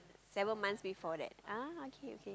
seven months before that ah okay okay